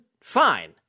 fine